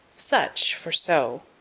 such for so.